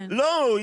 לא.